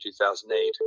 2008